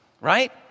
Right